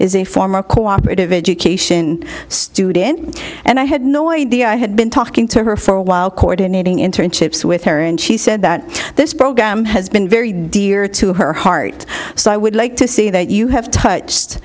a former cooperative education student and i had no idea i had been talking to her for a while coordinating internships with her and she said that this program has been very dear to her heart so i would like to see that you have touched